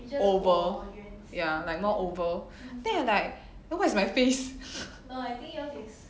oval ya like more oval then I'm like so what's my face